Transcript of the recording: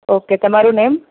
okay તમારું name